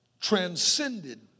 transcended